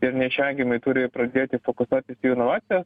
ir neišvengiamai turi pradėti fokusuotis į inovacijas